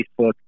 Facebook